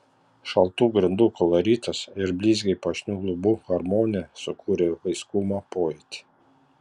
šaltų grindų koloritas ir blizgiai puošnių lubų harmonija sukūrė vaiskumo pojūtį